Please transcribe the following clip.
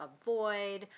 avoid